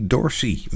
Dorsey